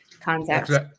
context